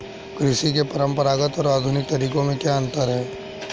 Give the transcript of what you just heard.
कृषि के परंपरागत और आधुनिक तरीकों में क्या अंतर है?